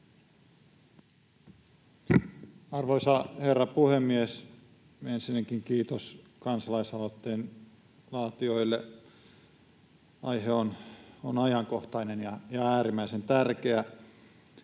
Arvoisa herra puhemies! Ensinnäkin kiitos kansalaisaloitteen laatijoille. Aihe on ajankohtainen ja äärimmäisen tärkeä.